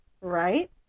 right